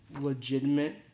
legitimate